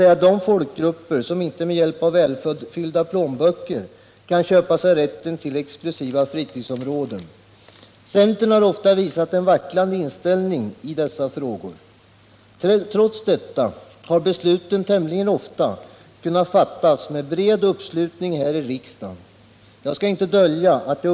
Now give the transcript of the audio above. Lika horribelt är det att, som någon debattör hävdat, hänsynen till natur och rekreation leder till timmerstöld för ofödda generationer. Tar vi inte dessa hänsyn kanske det inte kommer att finnas några kommande generationer att föda, och då blir det eventuella timret av föga intresse och värde.